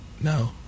No